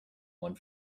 one